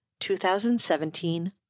2017